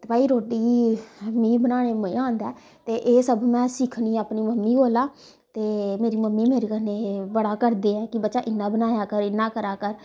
ते भाई रोटी मिगी बनाने मज़ा आंदा ते एह् सब मैं सिक्खनी अपनी मम्मी कोला ते मेरी मम्मी मेरे कन्नै बड़ा करदे ऐ कि बच्चा इ'यां बनाया कर इ'यां करा कर